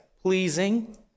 pleasing